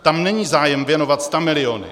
Tam není zájem věnovat stamiliony.